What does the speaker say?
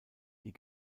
die